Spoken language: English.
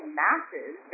masses